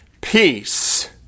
Peace